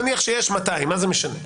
נניח שיש 200, מה זה משנה?